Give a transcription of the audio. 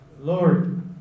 Lord